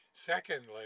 Secondly